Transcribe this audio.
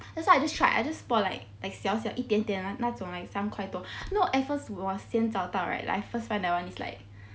that's why I just tried I just bought like 小小一点点那种 right 那种三块多 no at first 我先找到 right like I first find that one is like